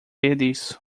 disso